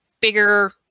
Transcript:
bigger